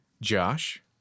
Josh